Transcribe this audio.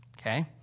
okay